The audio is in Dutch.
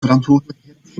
verantwoordelijkheid